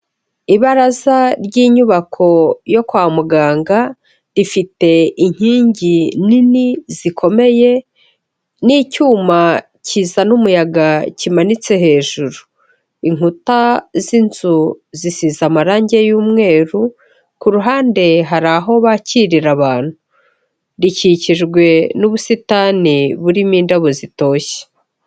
Ibaraza ry'inyubako yo kwa muganga, rifite inkingi nini zikomeye, n'icyuma kizana umuyaga kimanitse hejuru. Inkuta z'inzu zisize amarangi y'umweru, ku ruhande hari aho bakirira abantu. Rikikijwe n'ubusitani burimo indabo zitoshye.